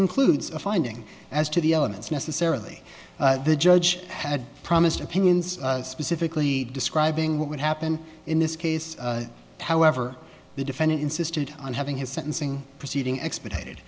includes a finding as to the elements necessarily the judge had promised opinions specifically describing what would happen in this case however the defendant insisted on having his sentencing proceeding expedited